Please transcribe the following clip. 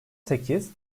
sekiz